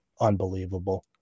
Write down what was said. unbelievable